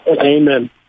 Amen